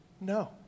No